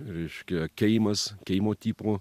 reiškia keimas keimo tipo